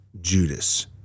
Judas